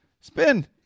spin